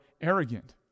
arrogant